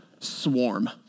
swarm